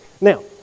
Now